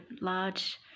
large